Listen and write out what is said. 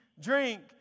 drink